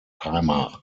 timer